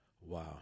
Wow